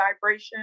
vibration